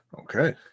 okay